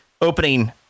opening